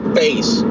face